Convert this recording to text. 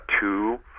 two